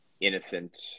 innocent